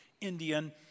Indian